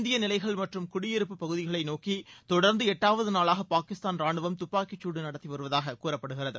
இந்திய நிலைகள் மற்றும் குடியிருப்பு பகுதிகளை நோக்கி தொடர்ந்து எட்டாவது நாளாக பாகிஸ்தான் துப்பாக்கிச்சூடு நடத்தி வருவதாகக் கூறப்படுகிறது